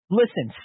listen